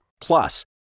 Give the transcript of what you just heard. Plus